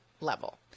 level